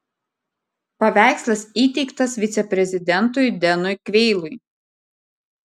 paveikslas įteiktas viceprezidentui denui kveilui